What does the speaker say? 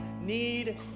need